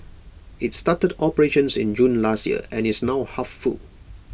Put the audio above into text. IT started operations in June last year and is now half full